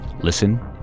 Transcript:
Listen